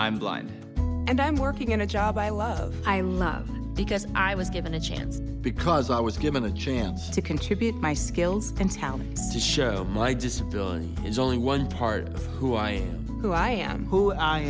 i'm blind and i'm working in a job i love i love because i was given a chance because i was given the chance to contribute my skills and talents to show my disability is only one part of who i who i am who i